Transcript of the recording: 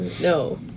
No